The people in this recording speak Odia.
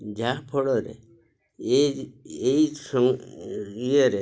ଯାହାଫଳରେ ଏଇ ଏଇ ଇଏରେ